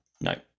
No